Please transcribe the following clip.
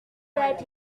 that